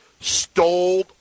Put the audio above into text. stole